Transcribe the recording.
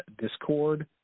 Discord